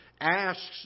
asks